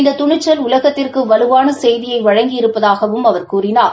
இந்த துணிச்சல் உலகத்திற்கு வலுவான செய்தியை வழங்கி இருப்பதாகவும் அவர் கூறினார்